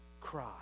cry